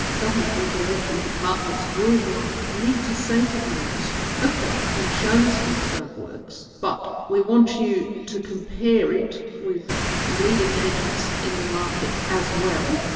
government regulatory departments worldwide need to say to the industry ok, you've shown us that the drug works but we want you to compare it with leading agents in the market as well.